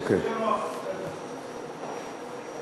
הרווחה והבריאות.